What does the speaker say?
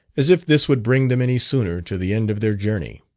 as if this would bring them any sooner to the end of their journey.